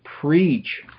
preach